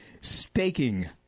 staking